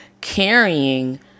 carrying